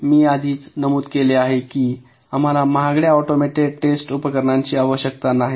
मी आधीच नमूद केले आहे की आम्हाला महागड्या ऑटोमेटेड टेस्ट उपकरणांची आवश्यकता नाही